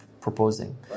proposing